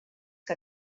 que